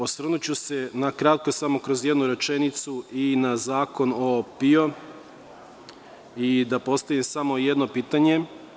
Osvrnuću se na kratko, samo kroz jednu rečenicu i na Zakon o PIO i da postavim samo jedno pitanje.